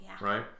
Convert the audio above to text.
right